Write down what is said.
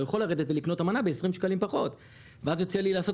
הוא יכול לרדת ולקנות את המנה ב-20 שקלים פחות ואז יוצא לי לעשות